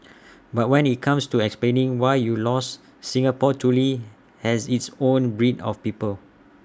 but when IT comes to explaining why you lost Singapore truly has its own breed of people